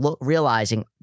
realizing